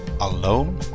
alone